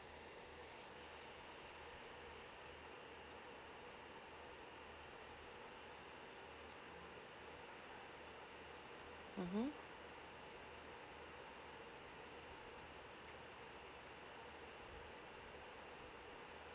mmhmm